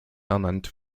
ernannt